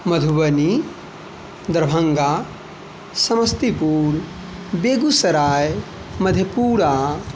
Madhubani Darbhanga Samastipur Begusarai Madhepura